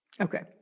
Okay